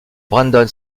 brandon